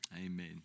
Amen